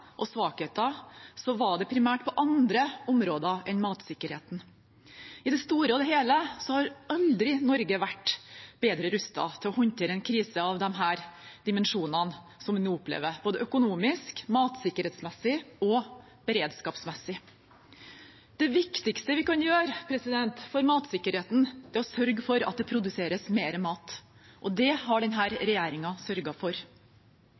og svakheter, var det primært på andre områder enn matsikkerheten. I det store og hele har Norge aldri vært bedre rustet til å håndtere en krise av de dimensjonene som vi nå opplever, både økonomisk, matsikkerhetsmessig og beredskapsmessig. Det viktigste vi kan gjøre for matsikkerheten, er å sørge for at det produseres mer mat, og det har denne regjeringen sørget for. Vi har i tillegg lagt til rette for